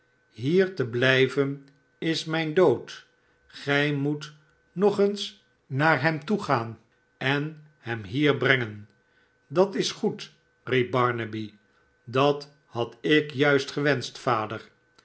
hier te blijven is mijn dood gij moet nog eens naar hem toe gaan en hem hier brengen a dat is goed nep barnaby dat had ik juist gewenscht vader